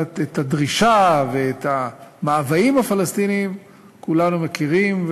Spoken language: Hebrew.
את הדרישה ואת המאוויים הפלסטיניים כולנו מכירים,